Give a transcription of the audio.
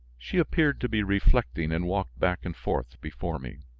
she appeared to be reflecting and walked back and forth before me.